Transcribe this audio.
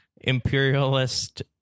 imperialist